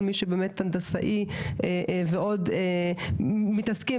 כל מי שבאמת הנדסאי ועוד מתעסקים,